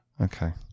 Okay